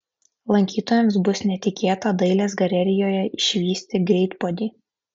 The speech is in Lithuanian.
lankytojams bus netikėta dailės galerijoje išvysti greitpuodį